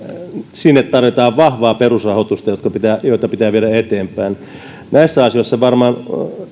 sinne tarvitaan vahvaa perusrahoitusta jota pitää viedä eteenpäin näissä asioissa varmaan